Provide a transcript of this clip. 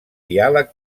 diàleg